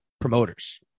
Promoters